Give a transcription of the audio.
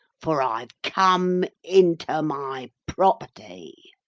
for i've come into my property!